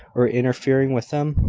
or interfering with them?